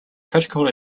critical